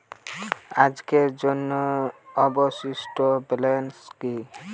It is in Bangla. আজকের জন্য অবশিষ্ট ব্যালেন্স কি?